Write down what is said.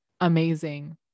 amazing